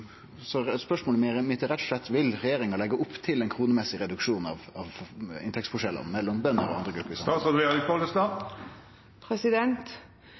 Så spørsmålet mitt er rett og slett: Vil regjeringa leggje opp til ein kronemessig reduksjon av inntektsforskjellane mellom bønder og andre grupper